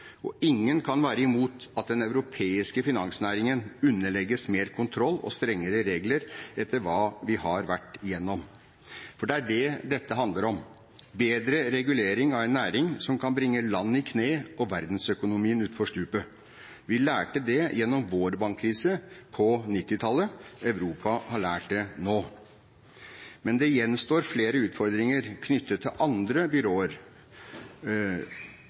og ingen kan være imot at den europeiske finansnæringen underlegges mer kontroll og strengere regler, etter hva vi har vært igjennom. For det er det dette handler om – bedre regulering av en næring som kan bringe land i kne og verdensøkonomien utfor stupet. Vi lærte det gjennom vår bankkrise på 1990-tallet. Europa har lært det nå. Men det gjenstår flere utfordringer knyttet til andre byråer,